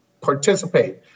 participate